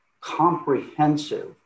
comprehensive